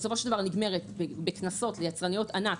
בסופו של דבר נגמרת בקנסות ליצרניות ענק,